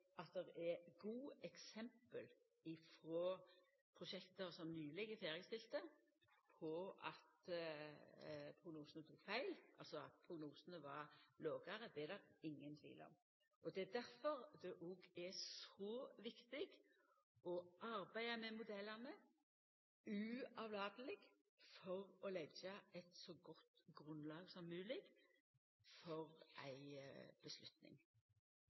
gode eksempel frå prosjekt som nyleg er ferdigstilte, på at prognosane tok feil, altså at prognosane var lågare, er det ingen tvil om. Det er òg derfor det er så viktig å arbeida med modellane uavlateleg – for å leggja eit så godt grunnlag som mogleg for ei